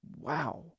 wow